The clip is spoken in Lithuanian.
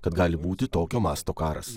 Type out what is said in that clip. kad gali būti tokio masto karas